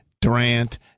Durant